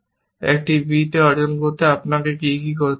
একটি b অর্জন করতে আপনাকে কি করতে হবে